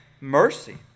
mercy